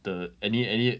the any any